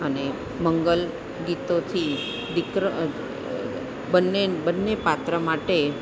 અને મંગલ ગીતોથી દિકર બંને બંને પાત્ર માટે